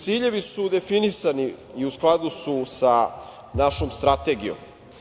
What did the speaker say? Ciljevi su definisani i u skladu su sa našom strategijom.